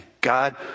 God